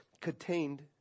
contained